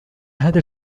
هذا